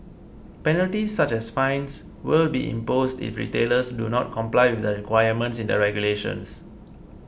penalties such as fines will be imposed if retailers do not comply with the requirements in the regulations